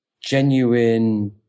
genuine